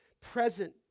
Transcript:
present